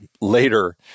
later